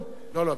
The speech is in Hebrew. לא לא, ביריחו.